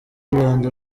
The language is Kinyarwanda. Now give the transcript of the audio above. rwanda